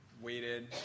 waited